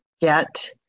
get